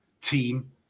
team